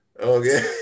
Okay